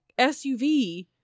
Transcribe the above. SUV